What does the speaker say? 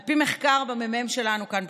על פי מחקר בממ"מ שלנו כאן,